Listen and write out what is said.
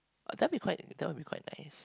that will be quite that will be quite nice